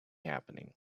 happening